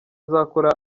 azakora